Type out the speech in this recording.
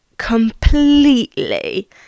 completely